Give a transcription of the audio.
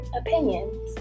opinions